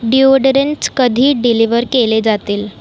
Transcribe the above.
deodorants कधी deliver केले जातील